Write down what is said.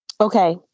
Okay